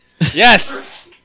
Yes